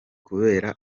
kubera